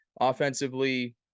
offensively